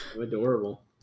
Adorable